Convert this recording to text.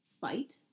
fight